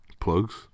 Plugs